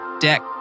deck